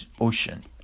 ocean